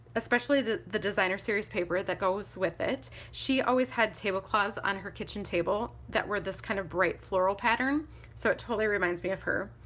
especially the the designer series paper that goes with it. she always had tablecloths on her kitchen table that were this kind of bright floral pattern so it totally reminds me of her.